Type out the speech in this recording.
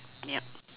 ya